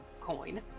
coin